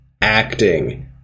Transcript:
acting